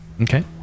Okay